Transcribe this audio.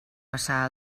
passar